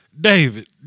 David